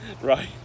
right